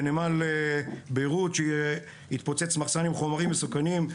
בנמל ביירות שהתפוצץ מחסן עם חומרים מסוכנים.